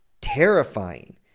terrifying